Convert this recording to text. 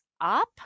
up